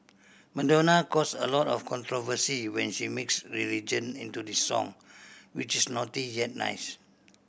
Madonna caused a lot of controversy when she mixed religion into this song which is naughty yet nice